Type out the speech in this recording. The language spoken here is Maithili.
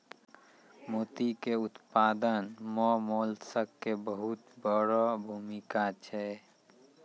मोती के उपत्पादन मॅ मोलस्क के बहुत वड़ो भूमिका छै